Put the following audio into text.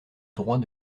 droit